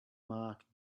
mark